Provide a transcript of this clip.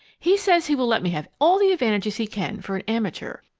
he says he will let me have all the advantages he can, for an amateur,